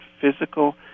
physical